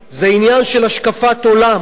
זה עניין של השקפת עולם, אין ספק.